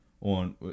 on